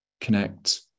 connect